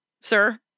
sir